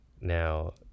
Now